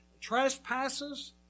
trespasses